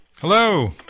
Hello